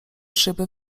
szyby